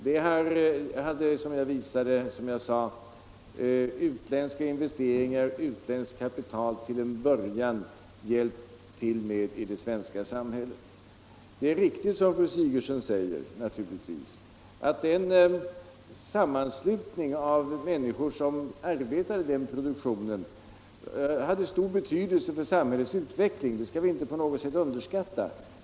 Det hade, som jag sade, utländska investeringar och utländskt kapital till en början hjälpt till med i det svenska samhället. Det är naturligtvis riktigt, som fru Sigurdsen säger, att en sammanslutning av de människor som arbetade i produktionen hade stor betydelse för samhällets utveckling — det skall vi inte på något sätt underskatta.